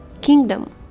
kingdom